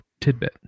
tidbit